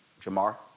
Jamar